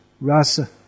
rasa